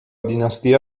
dinastia